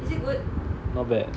not bad